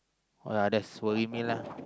uh lah that's Bohemian lah